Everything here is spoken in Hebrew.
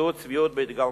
זו צביעות בהתגלמותה.